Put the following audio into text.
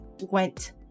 went